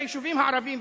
ביישובים הערביים,